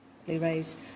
Blu-rays